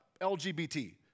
LGBT